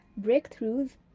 breakthroughs